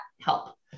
help